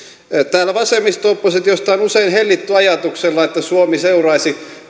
kasvussa täällä vasemmisto oppositiossa on usein hellitty ajatusta että suomi seuraisi